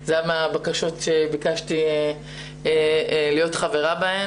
- זה מהבקשות שביקשתי להיות חברה בהן.